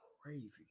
crazy